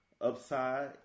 upside